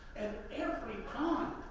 and every time